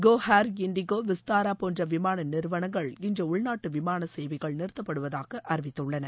கோ Air IndiGo Vistara போன்ற விமான நிறுவனங்கள் இன்று உள்நாட்டு விமான சேவைகள் நிறுத்தப்படுவதாக அறிவித்துள்ளன